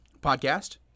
podcast